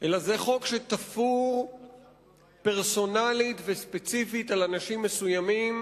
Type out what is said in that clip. אלא זה חוק שתפור פרסונלית וספציפית על אנשים מסוימים